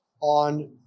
on